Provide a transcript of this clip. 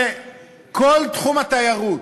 שכל תחום התיירות,